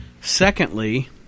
Secondly